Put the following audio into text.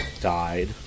died